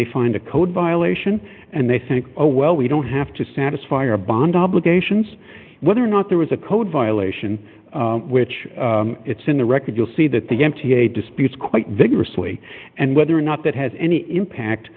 they find a code violation and they think oh well we don't have to satisfy our bond obligations whether or not there was a code violation which it's in the record you'll see that the m t a disputes quite vigorously and whether or not that has any impact